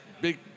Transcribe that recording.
big